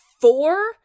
four